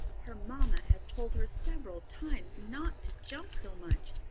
her mamma has told her several times not to jump so much.